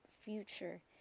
future